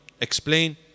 explain